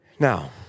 Now